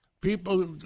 People